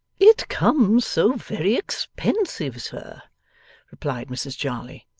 it comes so very expensive, sir replied mrs jarley,